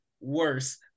worse